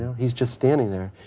he's just standing there.